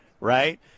right